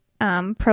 Pro